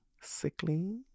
sickly